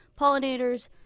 pollinators